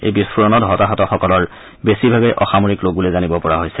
এই বিস্ফোৰণত হতাহতসকলৰ বেছিভাগেই অসামৰিক লোক বুলি জানিব পৰা হৈছে